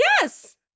Yes